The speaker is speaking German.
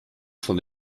von